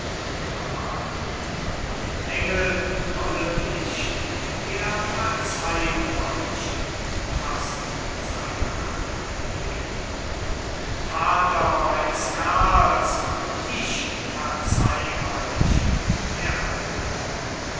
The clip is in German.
amalia engel grollen nicht er verzeiht euch faßt seine hand mit wehmuth vater meines karls ich verzeih euch d a moor